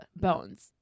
Bones